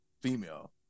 female